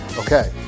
Okay